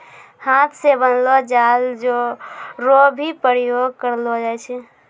हाथ से बनलो जाल रो भी प्रयोग करलो जाय छै